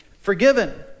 forgiven